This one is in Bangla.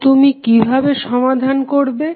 তো তুমি কিভাবে সমাধান করবে